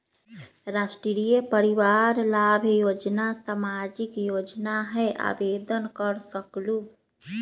राष्ट्रीय परिवार लाभ योजना सामाजिक योजना है आवेदन कर सकलहु?